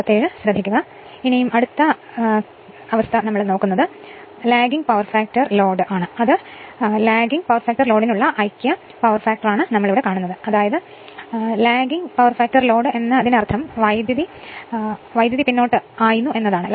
അതുപോലെ power factor load ലാൻഡിംഗിനായി power factor load കുറയുന്നതിന് ലാൻഡിംഗിനുള്ള ഐക്യ പവർ ഫാക്ടറിനാണ് ഇത് അതിനർത്ഥം നിലവിലെ ലാൻഡിംഗ് പവർ ഫാക്ടർ ലോഡ് എന്നാൽ കറന്റ് ലാൻഡിംഗ് എന്നാണ്